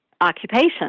occupation